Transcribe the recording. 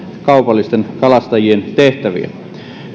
kaupallisten kalastajien tehtäviä